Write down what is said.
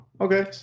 Okay